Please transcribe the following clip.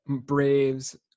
Braves